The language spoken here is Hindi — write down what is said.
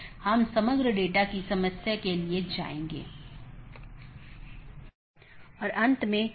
यह ओपन अपडेट अधिसूचना और जीवित इत्यादि हैं